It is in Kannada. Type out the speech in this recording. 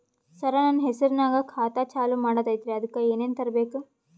ಸರ, ನನ್ನ ಹೆಸರ್ನಾಗ ಖಾತಾ ಚಾಲು ಮಾಡದೈತ್ರೀ ಅದಕ ಏನನ ತರಬೇಕ?